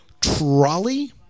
Trolley